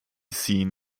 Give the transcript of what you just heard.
seen